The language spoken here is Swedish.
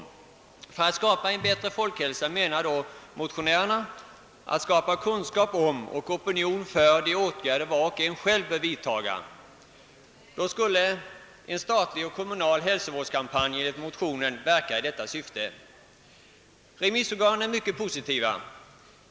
I syfte att åstadkomma en bättre folkhälsa vill motionärerna att det skall skapas kunskap om och opinion för de åtgärder var och en bör vidta. En statlig och kommunal hälsovårdskampanj skulle enligt motionärerna verka i detta syfte. Remissorganen är mycket positiva.